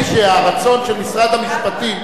נדמה לי שהרצון של משרד המשפטים,